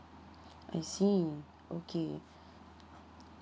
I see okay